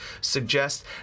suggest